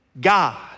God